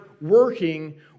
working